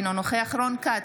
אינו נוכח רון כץ,